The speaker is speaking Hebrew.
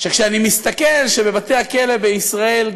כשאני מסתכל שבבתי-הכלא בישראל,